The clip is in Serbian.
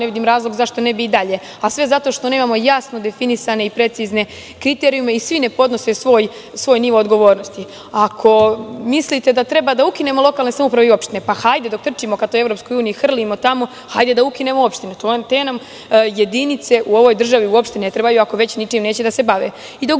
vidim razlog zašto ne bi i dalje, a sve zato što nemamo jasno definisane i precizne kriterijume i svi ne podnose svoj nivo odgovornosti. Ako mislite da treba da ukinemo lokalne samouprave i opštine, pa hajde da otrčimo ka toj EU, hrlimo tamo, hajde da ukinemo opštine, te nam jedinice u ovoj državi uopšte ne trebaju, ako već ničim neće da se bave. Dok